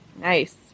Nice